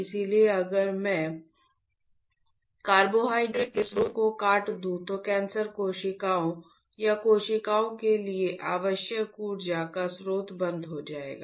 इसलिए अगर मैं कार्बोहाइड्रेट के स्रोत को काट दूं तो कैंसर कोशिकाओं या कोशिकाओं के लिए आवश्यक ऊर्जा का स्रोत बंद हो गया है